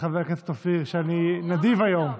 הכול בסדר.